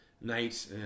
Night